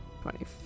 twenty